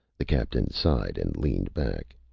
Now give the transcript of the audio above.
the captain sighed, and leaned back.